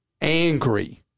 angry